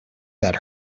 that